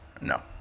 No